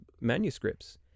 manuscripts